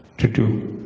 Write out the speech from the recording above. to do